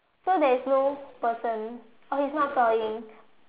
so there is no person oh he is not sawing